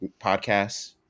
Podcasts